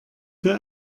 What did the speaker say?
für